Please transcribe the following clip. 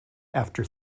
after